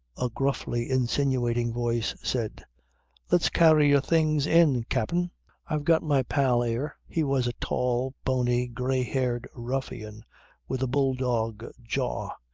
a gruffly insinuating voice said let's carry your things in, capt'in! i've got my pal ere. he was a tall, bony, grey-haired ruffian with a bulldog jaw,